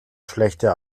schlechte